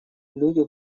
люди